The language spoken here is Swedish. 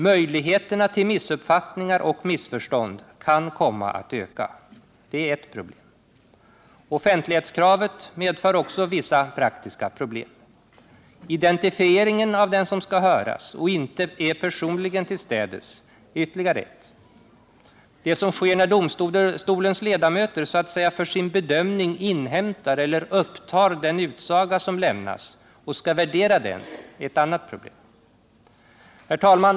Möjligheterna till missuppfattningar och missförstånd kan komma att öka. Det är ett problem. Offentlighetskravet medför också vissa praktiska problem. Identifieringen av dem som skall höras och inte är personligen tillstädes är ytterligare ett problem. Det som sker när domstolens ledamöter så att säga för sin bedömning inhämtar eller upptar den utsaga som lämnas och skall värdera den är ett annat problem. Herr talman!